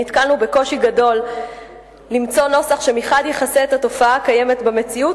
נתקלנו בקושי גדול למצוא נוסח שמחד גיסא יכסה את התופעה הקיימת במציאות,